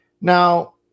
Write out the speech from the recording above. Now